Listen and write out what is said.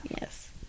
Yes